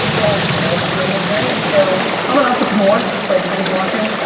it's all sales at the end of day and so i'm an entrepreneur for everybody who's watching.